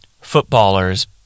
Footballers